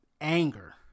anger